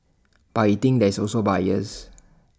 but he thinks there is also bias